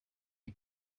you